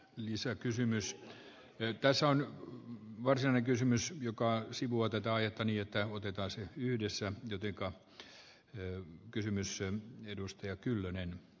lisäkysymys että se on asennekysymys jo kaksi vuotta tai että niitä otetaan sen yhdessä joten kaksi eu kysymys on edustaja kyllönen parantaminen